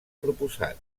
proposat